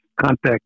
contact